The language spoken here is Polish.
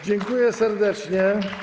Dziękuję serdecznie.